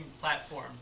platform